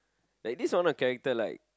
like this or not character like